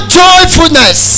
joyfulness